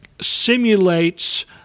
simulates